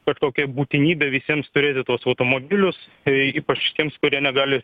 kad tokia būtinybė visiems turėti tuos automobilius ypač tiems kurie negali